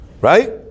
Right